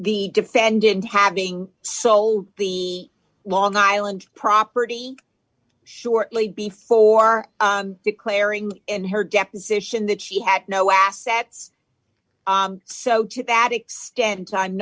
the defendant having sold the long island property shortly before declaring in her deposition that she had no assets so to that extent i'm